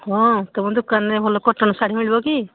ହଁ ତମ ଦୋକାନରେ ଭଲ କଟନ୍ ଶାଢ଼ୀ ମିଳିବ କି